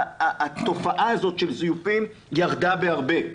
התופעה הזאת של זיופים ירדה בהרבה.